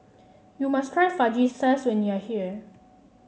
you must try Fajitas when you are here